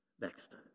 next